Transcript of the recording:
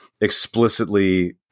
explicitly